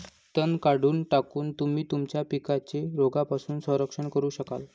तण काढून टाकून, तुम्ही तुमच्या पिकांचे रोगांपासून संरक्षण करू शकाल